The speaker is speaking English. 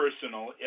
personal